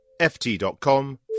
ft.com